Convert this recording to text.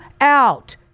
out